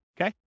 Okay